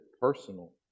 personal